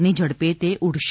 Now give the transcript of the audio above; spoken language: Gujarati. ની ઝડપે તે ઉડશે